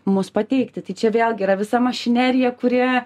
mus pateikti tai čia vėlgi yra visa mašinerija kuri